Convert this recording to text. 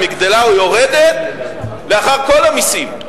אם היא גדלה או יורדת לאחר כל המסים,